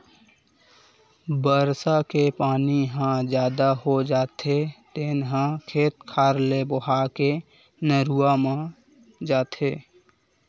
बरसा के पानी ह जादा हो जाथे तेन ह खेत खार ले बोहा के नरूवा म जाथे